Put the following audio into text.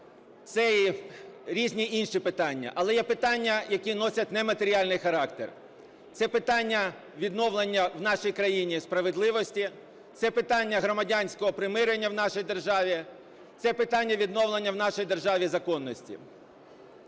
це і різні інші питання. Але є питання, які носять нематеріальний характер. Це питання відновлення в нашій країні справедливості. Це питання громадянського примирення в нашій державні. Це питання відновлення в нашій державі законності.